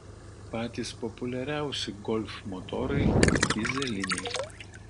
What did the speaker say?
patys populiariausi golf motorai dyzeliniai